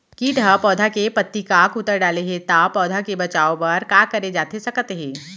किट ह पौधा के पत्ती का कुतर डाले हे ता पौधा के बचाओ बर का करे जाथे सकत हे?